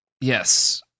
Yes